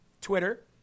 Twitter